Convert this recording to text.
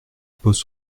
pose